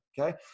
Okay